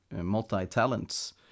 multi-talents